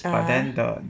(uh huh)